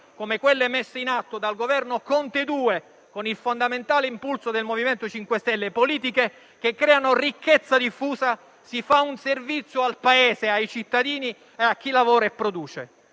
come quelle messe in atto dal Governo Conte 2, con il fondamentale impulso del MoVimento 5 Stelle - politiche che creano ricchezza diffusa - si fa un servizio al Paese, ai cittadini, a chi lavora e produce.